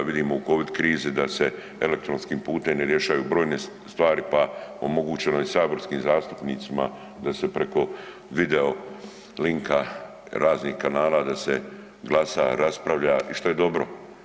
Vidimo u covid krizi da se elektronskim putem ne rješaju brojne stvari, pa omogućeno je saborskim zastupnicima da se preko video linka raznih kanala da se glasa, raspravlja i što je dobro.